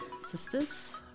sisters